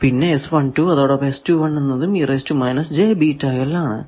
പിന്നെ അതോടൊപ്പം എന്നതും ആണ്